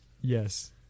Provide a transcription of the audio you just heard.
Yes